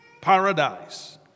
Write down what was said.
paradise